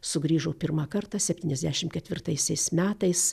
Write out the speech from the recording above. sugrįžo pirmą kartą septyniasdešim ketvirtaisiais metais